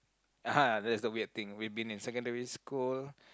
ah [hah] that's the weird thing we've been in secondary school